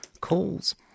calls